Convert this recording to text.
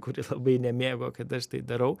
kuri labai nemėgo kad aš tai darau